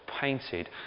painted